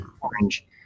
orange